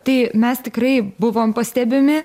tai mes tikrai buvom pastebimi